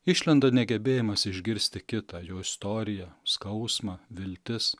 išlenda negebėjimas išgirsti kitą jo istoriją skausmą viltis